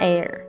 Air